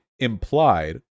implied